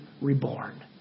reborn